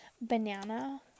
Banana